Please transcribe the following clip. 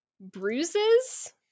bruises